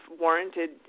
warranted